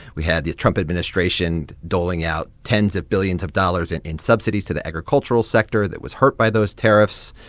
we had the trump administration doling out tens of billions of dollars in in subsidies to the agricultural sector that was hurt by those tariffs.